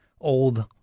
old